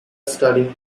studying